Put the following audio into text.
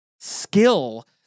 skill